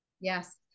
Yes